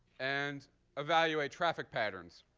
and evaluate traffic patterns.